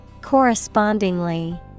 Correspondingly